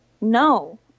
No